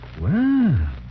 Wow